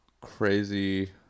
crazy